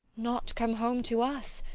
not come home to us?